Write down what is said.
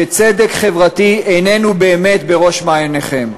שצדק חברתי איננו באמת בראש מעייניכם.